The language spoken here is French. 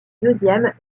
deuxième